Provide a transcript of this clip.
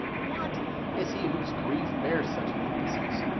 what is he whose grief bears such an emphasis?